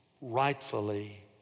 rightfully